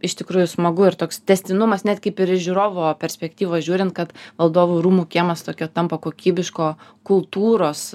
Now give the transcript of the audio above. iš tikrųjų smagu ir toks tęstinumas net kaip ir iš žiūrovo perspektyvos žiūrint kad valdovų rūmų kiemas tokia tampa kokybiško kultūros